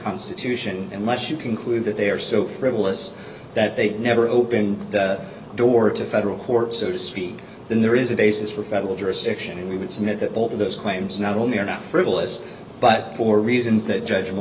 constitution and much you conclude that they are so frivolous that they never open the door to federal court so to speak then there is a basis for federal jurisdiction and we would submit that all those claims not only are not frivolous but for reasons that judg